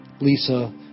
Lisa